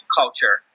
culture